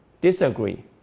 disagree